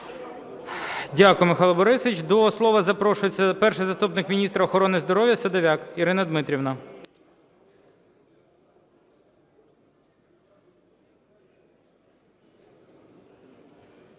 Дякую, Михайло Борисович. До слова запрошується перший заступник міністра охорони здоров'я Садов'як Ірина Дмитрівна.